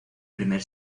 primer